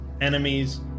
enemies